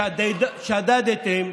שדדתם,